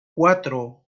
cuatro